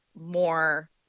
more